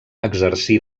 exercí